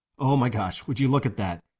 oh my gosh, would you look at that?